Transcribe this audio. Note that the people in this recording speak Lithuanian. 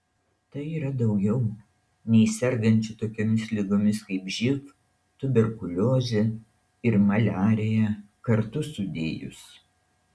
tai yra daugiau nei sergančių tokiomis ligomis kaip živ tuberkuliozė ir maliarija kartu sudėjus